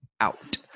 out